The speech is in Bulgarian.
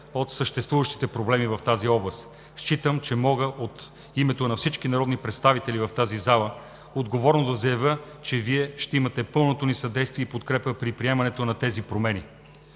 от съществуващите проблеми в тази област. Считам, че от името на всички народни представители в тази зала мога отговорно да заявя, че Вие ще имате пълното ни съдействие и подкрепа при приемането на тези промени.